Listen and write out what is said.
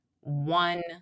one